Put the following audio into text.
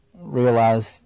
realize